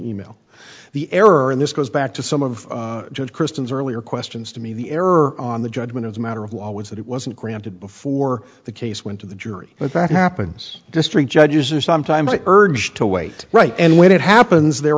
e mail the error in this goes back to some of the christians earlier questions to me the error on the judgment was a matter of law was that it wasn't granted before the case went to the jury but that happens district judges are sometimes urged to wait right and when it happens there